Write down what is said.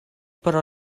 pro